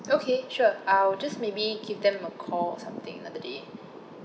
okay sure I will just maybe give them a call or something another day